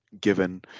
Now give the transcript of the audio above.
given